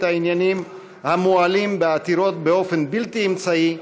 העניינים המועלים בעתירות באופן בלתי אמצעי,